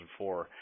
2004